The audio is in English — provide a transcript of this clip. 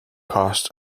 cost